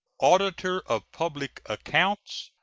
auditor of public accounts,